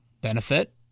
benefit